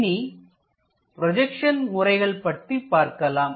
இனி ப்ரொஜெக்ஷன் முறைகள் பற்றி பார்க்கலாம்